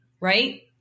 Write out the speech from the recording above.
right